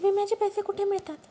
विम्याचे पैसे कुठे मिळतात?